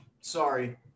sorry